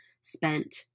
spent